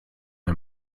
der